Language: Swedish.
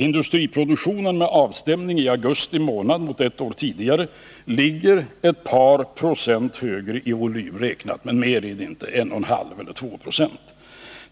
Industriproduktionen med avstämning i augusti månad mot ett år tidigare ligger ett par procent, 1,5 eller 2 76, högre i volym räknat, men mer är det inte.